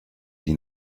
die